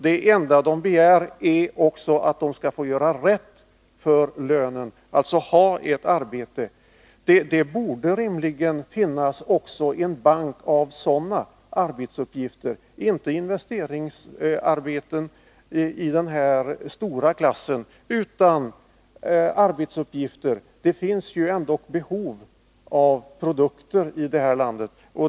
Det enda de begär är att de skall få göra rätt för lönen, alltså ha ett arbete. Det borde rimligen finnas en bank också med att minska arbetslösheten sådana arbetsuppgifter. Jag menar inte uppgifter i stora investeringsarbeten, utan andra arbetsuppgifter — det finns ju ändå behov av produkter i det här landet.